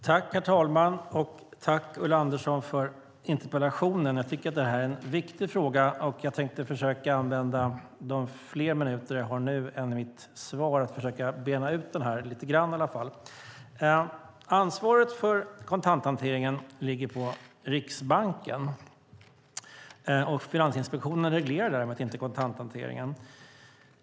Herr talman! Tack, Ulla Andersson, för interpellationen! Jag tycker att det här är en viktig fråga, och jag tänker försöka använda talartiden, som nu är längre än den jag hade till mitt svar, till att försöka bena ut den lite grann. Ansvaret för kontanthanteringen ligger på Riksbanken, och Finansinspektionen reglerar inte kontanthanteringen.